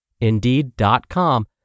Indeed.com